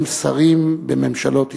הם שרים בממשלות ישראל,